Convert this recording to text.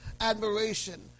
admiration